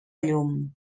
llum